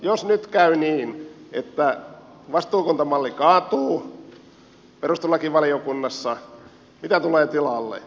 jos nyt käy niin että vastuukuntamalli kaatuu perustuslakivaliokunnassa mitä tulee tilalle